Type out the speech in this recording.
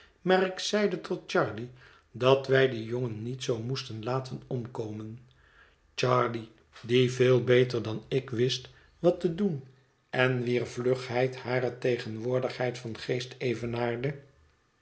maar ik zeide tot charley dat wij dien jongen niet zoo moesten laten omkomen charley die veel beter dan ik wist wat te doen en wier vlugheid hare tegenwoordigheid van geest evenaarde